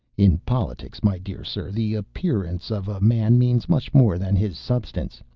in politics, my dear sir, the appearance of a man means much more than his substance.